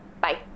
Bye